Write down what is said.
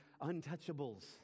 untouchables